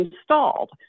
installed